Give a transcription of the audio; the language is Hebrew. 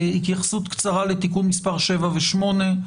התייחסות קצרה לתיקון מס' 7 ו-8,